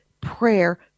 prayer